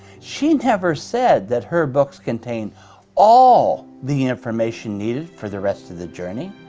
she never said that her books contain all the information needed for the rest of the journey.